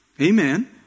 Amen